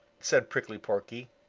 said prickly porky.